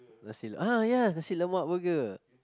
nasi~ ah ya Nasi-Lemak burger